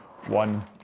one